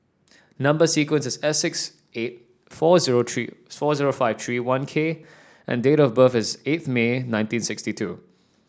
number sequence is S six eight four zero three four zero five three one K and date of birth is eighth May nineteen sixty two